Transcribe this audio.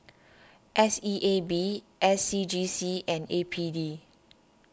S E A B S C G C and A P D